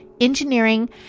engineering